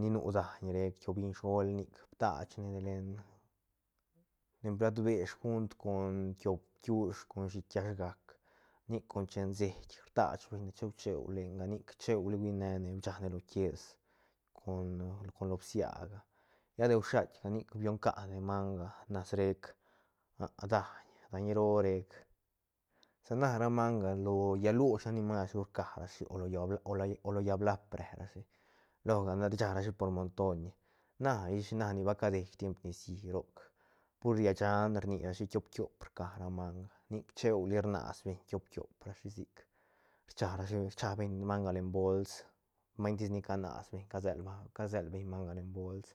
ni nu daiñ rec lliñ sgol nic btachne len plat besh gunt con tiop bkiush con shiiht kiash gac nic con chen seit rtach beñ ne cheu cheu lenga nic cheuli hui ne ne bichane lo quies con- con lo bsiaga lla de shuait ga nic bion can ne manga nash rec daiñ daiñ roo rec sa na ra manga lo llaä luch nac ni mas ru rcarashi o lo llaä bla o lo llaä blaap re rashi lo ga ne sharashi por montoiñ na ish na ni ba cadei tiemp nicií roc pur lla shaan rnirashi tiop tiop rca ra manga nic cheuli rnas beñ tiop tiop rashi sic rcharishi rchabeñ manga len bols maiñtis ni canas beñ casel ma- casel beñ manga len bols.